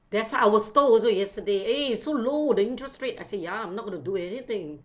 that's why I was told also yesterday eh so low the interest rate I say ya I'm not gonna do anything